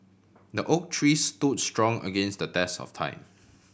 the oak tree stood strong against the test of time